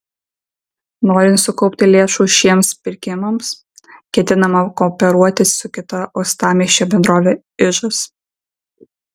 norint sukaupti lėšų šiems pirkimams ketinama kooperuotis su kita uostamiesčio bendrove ižas